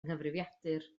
nghyfrifiadur